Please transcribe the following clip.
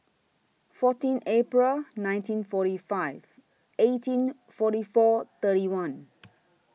fourteen April nineteen forty five eighteen forty four thirty one